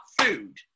food